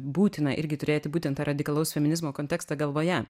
būtina irgi turėti būtent tą radikalaus feminizmo kontekstą galvoje